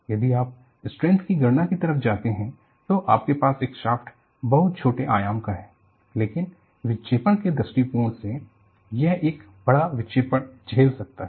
यदि आप स्ट्रेंथ की गणना कि तरफ जाते है तो आपके पास एक शाफ्ट बहुत छोटे आयाम का है लेकिन विक्षेपण के दृष्टिकोण से यह एक बड़ा विक्षेपण झेल सकता है